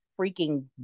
freaking